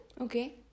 Okay